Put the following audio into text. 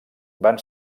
van